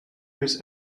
his